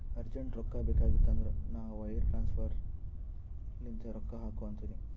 urgent ರೊಕ್ಕಾ ಬೇಕಾಗಿತ್ತಂದ್ರ ನಾ ವೈರ್ ಟ್ರಾನ್ಸಫರ್ ಲಿಂತೆ ರೊಕ್ಕಾ ಹಾಕು ಅಂತಿನಿ